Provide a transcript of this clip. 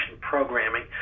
programming